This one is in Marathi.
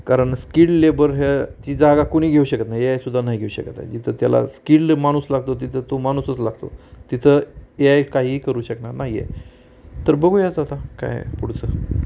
कारण स्किल्ड लेबर ह्या ती जागा कुणी घेऊ शकत नाही ए आय सुद्धा नाही घेऊ शकत आहे जिथं त्याला स्किल्ड माणूस लागतो तिथं तो माणूसच लागतो तिथं ए आय काहीही करू शकणार नाही आहे तर बघूयात आता काय पुढचं